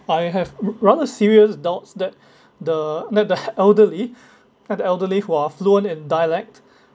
I have mm run a serious doubt that the that the elderly e~ elderly who are fluent in dialect